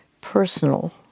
personal